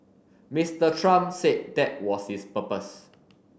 Mister Trump said that was his purpose